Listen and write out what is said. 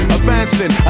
Advancing